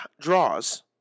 draws